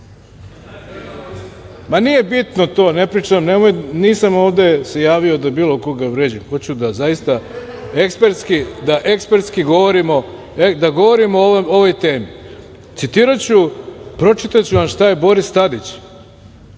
Ma nije bitno to, nisam ovde se javio da bilo koga vređam, hoću da zaista ekspertski govorimo, da govorimo o ovoj temi. Citiraću, pročitaću vam šta je Boris Tadić,